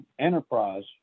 enterprise